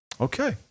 Okay